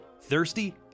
Thirsty